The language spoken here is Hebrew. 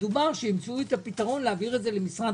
המשרד